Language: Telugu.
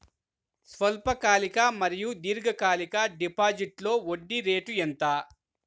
స్వల్పకాలిక మరియు దీర్ఘకాలిక డిపోజిట్స్లో వడ్డీ రేటు ఎంత?